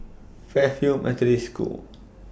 Fairfield Methodist School